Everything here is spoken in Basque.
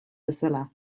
bezala